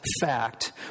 fact